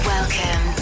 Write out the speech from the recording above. Welcome